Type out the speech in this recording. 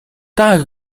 tak